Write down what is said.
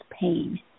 pain